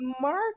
Mark